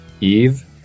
Eve